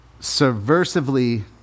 subversively